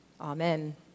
Amen